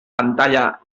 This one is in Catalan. pantalla